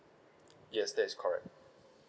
yes that is correct